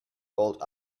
rolled